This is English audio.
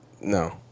No